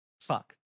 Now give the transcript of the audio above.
Fuck